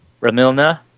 Ramilna